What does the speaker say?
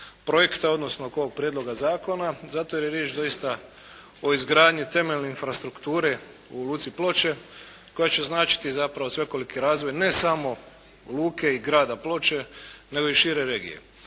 projekta, odnosno oko ovog prijedloga zakona, zato jer je riječ doista o izgradnji temeljne infrastrukture u Luci Ploče koja će značiti zapravo svekoliki razvoj ne samo luke i grada Ploče, nego i šire regije.